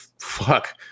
fuck